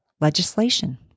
legislation